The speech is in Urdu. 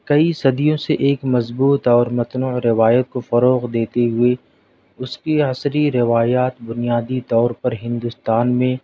کئی صدیوں سے ایک مضبوط اور متن و روایت کو فروغ دیتے ہوئے اس کی عصری روایات بنیادی طور پر ہندوستان میں